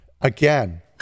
again